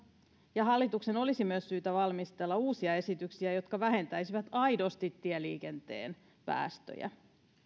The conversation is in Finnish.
ja hallituksen olisi myös syytä valmistella uusia esityksiä jotka vähentäisivät aidosti tieliikenteen päästöjä